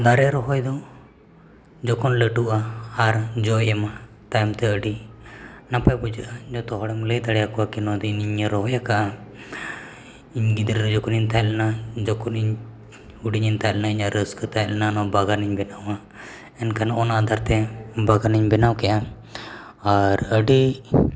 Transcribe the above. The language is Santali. ᱫᱟᱨᱮ ᱨᱚᱦᱚᱭ ᱫᱚ ᱡᱚᱠᱷᱚᱱ ᱞᱟᱹᱴᱩᱜᱼᱟ ᱟᱨ ᱡᱚᱭ ᱮᱢᱟ ᱛᱟᱭᱚᱢᱛᱮ ᱟᱹᱰᱤ ᱱᱟᱯᱟᱭ ᱵᱩᱡᱷᱟᱹᱜᱼᱟ ᱡᱚᱛᱚ ᱦᱚᱲᱮᱢ ᱞᱟᱹᱭ ᱫᱟᱲᱮ ᱟᱠᱚᱣᱟ ᱠᱤ ᱱᱚᱣᱟ ᱫᱚ ᱤᱧᱤᱧ ᱨᱚᱦᱚᱭ ᱟᱠᱟᱫᱼᱟ ᱤᱧ ᱜᱤᱫᱽᱨᱟᱹ ᱡᱚᱠᱷᱱᱤᱧ ᱛᱟᱦᱮᱸ ᱞᱮᱱᱟ ᱡᱚᱠᱷᱚᱱ ᱤᱧ ᱦᱩᱰᱤᱧ ᱤᱧ ᱛᱟᱦᱮᱸᱞᱮᱱᱟ ᱤᱧᱟᱹᱜ ᱨᱟᱹᱥᱠᱟᱹ ᱛᱟᱦᱮᱸᱞᱮᱱᱟ ᱱᱚᱣᱟ ᱵᱟᱜᱟᱱ ᱤᱧ ᱵᱮᱱᱟᱣᱟ ᱮᱱᱠᱷᱟᱱ ᱚᱱᱟ ᱟᱫᱷᱟᱨᱛᱮ ᱵᱟᱜᱟᱱᱤᱧ ᱵᱮᱱᱟᱣ ᱠᱮᱫᱼᱟ ᱟᱨ ᱟᱹᱰᱤ